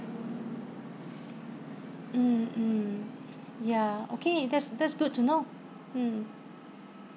mm mm ya okay that's that's good to know mm